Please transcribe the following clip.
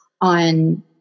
on